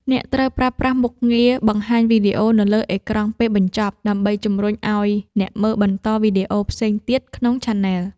អ្នកត្រូវប្រើប្រាស់មុខងារ បង្ហាញវីដេអូនៅលើអេក្រង់ពេលបញ្ចប់ ដើម្បីជម្រុញឱ្យអ្នកមើលបន្តមើលវីដេអូផ្សេងទៀតក្នុងឆានែល។